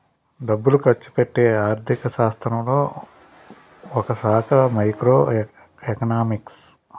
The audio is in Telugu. డబ్బులు ఖర్చుపెట్టే ఆర్థిక శాస్త్రంలో ఒకశాఖ మైక్రో ఎకనామిక్స్